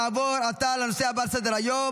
נעבור עתה לנושא הבא על סדר-היום,